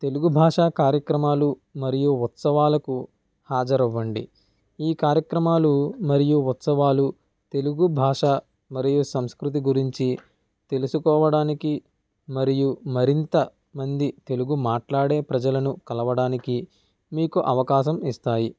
తెలుగు భాషా కార్యక్రమాలు మరియు ఉత్సవాలకు హాజరవ్వండి ఈ కార్యక్రమాలు మరియు ఉత్సవాలు తెలుగు భాష మరియు సంస్కృతి గురించి తెలుసుకోవడానికి మరియు మరింత మంది తెలుగు మాట్లాడే ప్రజలను కలవడానికి మీకు అవకాశం ఇస్తాయి